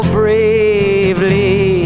bravely